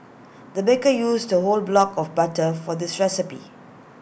the baker used A whole block of butter for this recipe